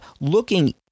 looking